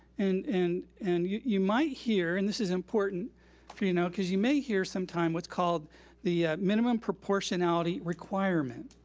and and and you you might hear, and this is important for you to know, cause you may hear sometime what's called the minimum proportionality requirement.